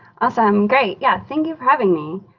awesome, great yeah thank you for having me.